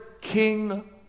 King